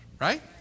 right